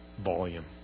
Volume